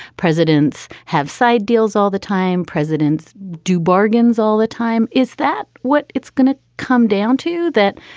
presidents have side deals all the time. presidents do bargains all the time. is that what it's going to come down to that,